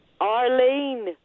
Arlene